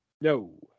No